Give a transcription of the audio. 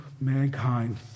mankind